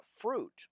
fruit